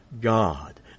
God